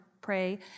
pray